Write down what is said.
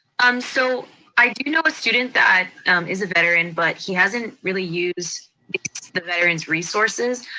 um so i do know a student that is a veteran, but he hasn't really used the veteran's resources.